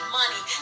money